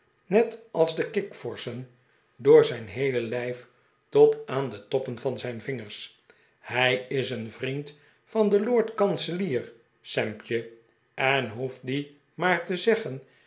net als de kikvorschen door zijn heele lijf tot aan de toppen van zijn vingers hij is een vriend van den lord kanselier sampje en hoeft dien maar te zeggen